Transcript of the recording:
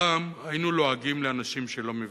פעם היינו לועגים לאנשים שלא מבינים,